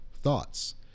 Thoughts